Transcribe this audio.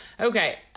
Okay